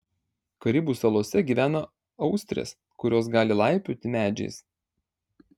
karibų salose gyvena austrės kurios gali laipioti medžiais